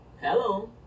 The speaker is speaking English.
Hello